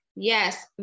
Yes